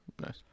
Nice